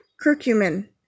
curcumin